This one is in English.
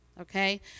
okay